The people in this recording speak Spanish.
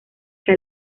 que